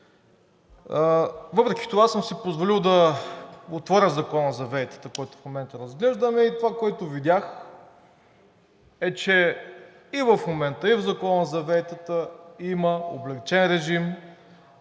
въпреки това съм си позволил да отворя Закона за ВЕИ-тата, който в момента разглеждаме. Това, което видях, е, че и в момента в Закона за ВЕИ-тата има облекчен режим